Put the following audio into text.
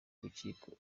urukiko